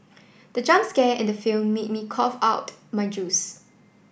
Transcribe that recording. the jump scare in the film made me cough out my juice